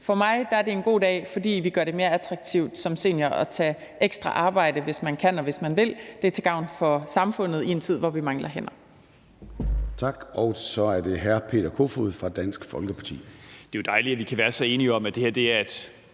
For mig er det en god dag, fordi vi gør det mere attraktivt som senior at tage ekstra arbejde, hvis man kan, og hvis man vil. Det er til gavn for samfundet i en tid, hvor vi mangler hænder.